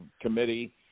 committee